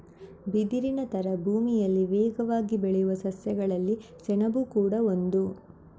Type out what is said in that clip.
ಬಿದಿರಿನ ತರ ಭೂಮಿಯಲ್ಲಿ ವೇಗವಾಗಿ ಬೆಳೆಯುವ ಸಸ್ಯಗಳಲ್ಲಿ ಸೆಣಬು ಕೂಡಾ ಒಂದು